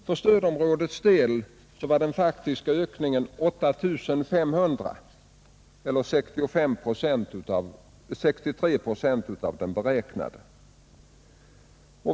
För stödområdets del var den faktiska ökningen 8 500 eller 63 procent av den beräknade.